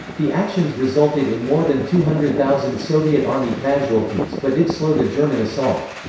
the actions resulted in more than two hundred thousand soviet army casualties but did slow the german assault.